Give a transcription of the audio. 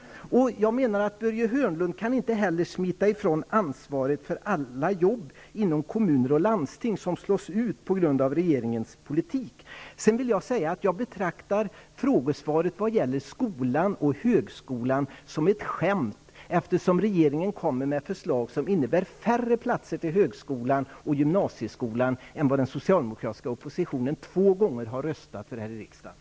Börje Hörnlund kan inte heller smita ifrån ansvaret för alla jobb inom kommuner och landsting som slås ut på grund av regeringens politik. Sedan vill jag säga att jag betraktar frågesvaret vad det gäller skolan och högskolan som ett skämt, eftersom regeringen kommer med förslag som innebär färre platser på högskolan och i gymnasieskolan än vad den socialdemokratiska oppositionen två gånger har röstat för här i riksdagen.